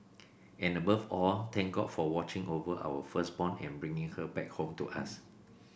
and above all thank God for watching over our firstborn and bringing her back home to us